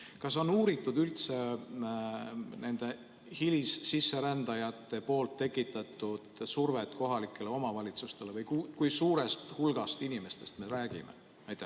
Kas on uuritud nende hilississerändajate tekitatud survet kohalikele omavalitsustele ja seda, kui suurest hulgast inimestest me räägime? Aitäh!